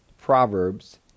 Proverbs